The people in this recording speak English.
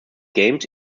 games